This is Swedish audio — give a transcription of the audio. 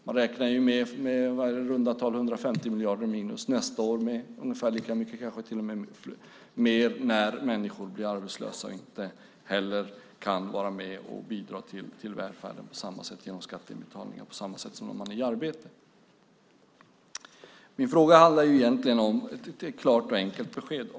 Man räknar med i runda tal 150 miljarder minus nästa år, kanske till och med mer när människor blir arbetslösa och inte kan vara med och bidra till välfärden genom skatteinbetalningar på samma sätt som när de är i arbete. Jag efterfrågar egentligen ett klart och enkelt besked.